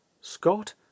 Scott